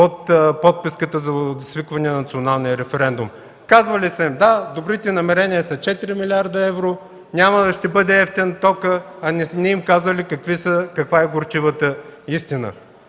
под подписката за свикване на Националния референдум. Казвали са: „Да, добрите намерения са 4 милиарда евро, ще бъде евтин тока”, а не са им казали каква е горчивата истина.